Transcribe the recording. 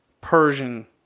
persian